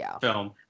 film